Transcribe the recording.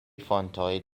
fontoj